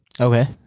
Okay